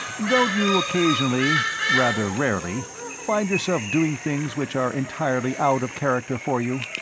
don't you occasionally rather rarely find yourself doing things which are entirely out of character for you?